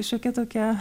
šiokia tokia